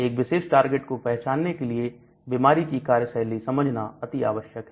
एक विशेष टारगेट को पहचानने के लिए बीमारी की कार्यशैली समझना अति आवश्यक है